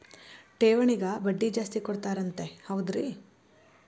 ಠೇವಣಿಗ ಬಡ್ಡಿ ಜಾಸ್ತಿ ಕೊಡ್ತಾರಂತ ಹೌದ್ರಿ?